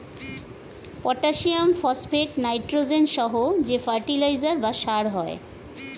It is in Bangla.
পটাসিয়াম, ফসফেট, নাইট্রোজেন সহ যে ফার্টিলাইজার বা সার হয়